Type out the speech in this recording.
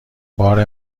بار